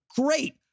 great